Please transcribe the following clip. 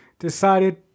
decided